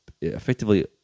effectively